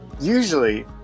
usually